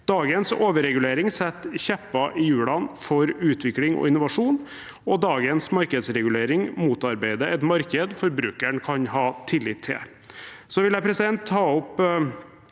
Dagens overregulering stikker kjepper i hjulene for utvikling og innovasjon, og dagens markedsregulering motarbeider et marked forbrukeren kan ha tillit til.